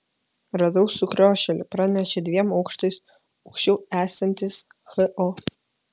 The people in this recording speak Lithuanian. radau sukriošėlį pranešė dviem aukštais aukščiau esantis ho